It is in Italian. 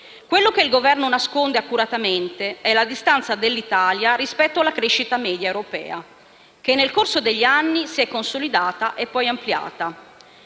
Ciò che il Governo nasconde accuratamente è la distanza dell'Italia rispetto alla crescita media europea, che nel corso degli anni si è consolidata e poi ampliata.